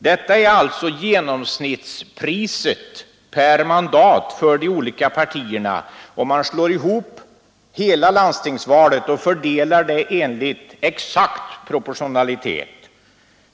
Det utgår från genomsnittspriset per mandat för de olika partierna, om man slår ihop hela landstingsvalet och fördelar mandaten enligt exakt proportionalitet.